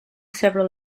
several